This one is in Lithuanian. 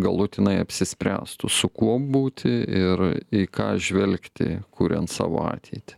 galutinai apsispręstų su kuo būti ir į ką žvelgti kuriant savo ateitį